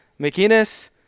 McInnes